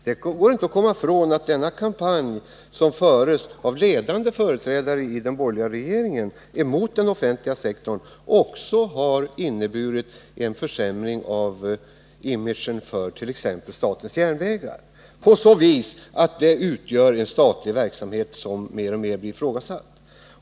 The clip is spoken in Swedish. Det går inte att komma ifrån att denna kampanj, som förs av ledande företrädare för den borgerliga regeringen, också har inneburit en försämring av t.ex. statens järnvägars image, på så vis att järnvägen utgör en statlig verksamhet som mer och mer blir ifrågasatt.